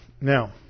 Now